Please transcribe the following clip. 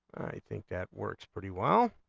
think that works pretty well.